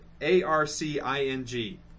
A-R-C-I-N-G